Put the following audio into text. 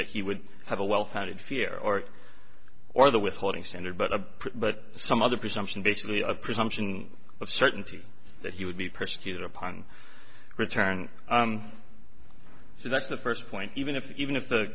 that he would have a well founded fear or or the withholding standard but a but some other presumption basically a presumption of certainty that he would be persecuted upon return so that's the first point even if even if the